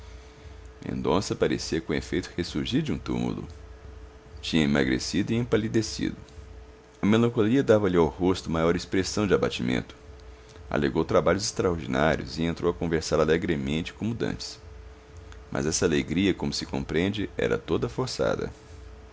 mendonça parecia com efeito ressurgir de um túmulo tinha emagrecido e empalidecido a melancolia dava-lhe ao rosto maior expressão de abatimento alegou trabalhos extraordinários e entrou a conversar alegremente como dantes mas essa alegria como se compreende era toda forçada